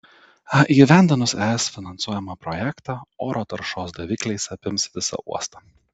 įgyvendinus es finansuojamą projektą oro taršos davikliais apims visą uostą